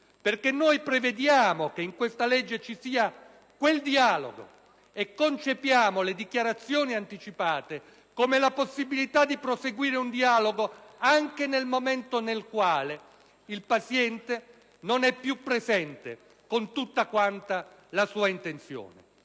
Noi prevediamo che in questa legge ci sia quel dialogo e concepiamo le dichiarazioni anticipate come la possibilità di proseguire un dialogo anche nel momento in cui il paziente non è più presente con tutta quanta la sua intenzione.